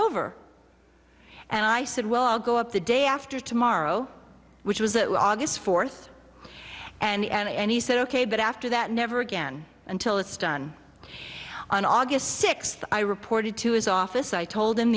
over and i said well i'll go up the day after tomorrow which was that august fourth and he said ok but after that never again until it's done on august sixth i reported to his office i told him